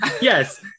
yes